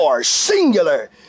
singular